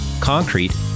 concrete